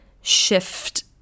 shift